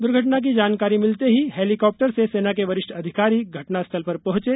दुर्घटना की जानकारी मिलते ही हैलीकाप्टर से सेना के वरिष्ठ अधिकारी घटनास्थल पर पहंचे